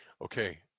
Okay